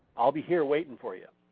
i'll be here waiting for you.